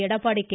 Edappadi K